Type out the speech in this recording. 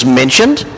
mentioned